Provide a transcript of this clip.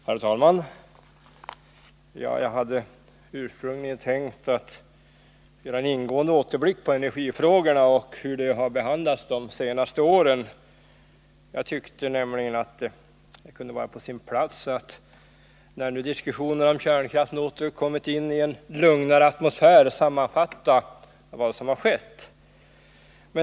Herr talman! Jag hade ursprungligen tänkt göra en ingående återblick på energifrågorna och hur de har behandlats de senaste åren. Jag tyckte nämligen att det kunde vara på sin plats att när nu diskussionen om kärnkraften åter kommit in i en lugnare atmosfär sammanfatta vad som har skett.